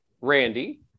Randy